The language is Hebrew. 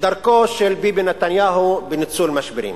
דרכו של ביבי נתניהו בניצול משברים.